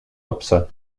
hobson